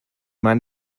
mind